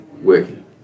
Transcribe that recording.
working